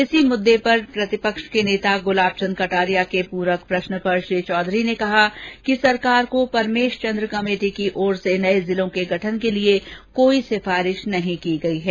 इसी मुद्दे पर प्रतिपक्ष के नेता गुलाब चंद कटारिया के पूरक प्रष्न पर श्री चौधरी ने कहा कि सरकार को परमेष चंद कमेटी की ओर से नये जिलों के गठन के लिए कोई सिफारिष नहीं की है